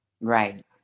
Right